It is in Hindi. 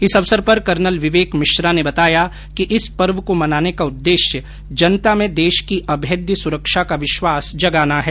इस अवसर पर कर्नल विवेक मिश्रा ने बताया कि इस पर्व को मनाने का उद्देश्य जनता में देश की अभेद्य सुरक्षा का विश्वास जगाना है